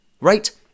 Right